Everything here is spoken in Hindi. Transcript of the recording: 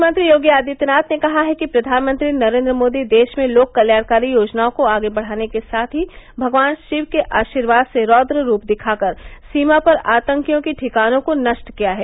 मुख्यमंत्री योगी आदित्यनाथ ने कहा है कि प्रधानमंत्री नरेन्द्र मोदी देश में लोक कल्याणकारी योजनाओं को आगे बढ़ाने के साथ ही भगवान शिव के आशीर्याद से रौद्र रूप दिखा कर सीमा पर आतंकियों के ठिकानों को नष्ट किया है